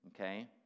okay